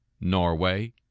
Norway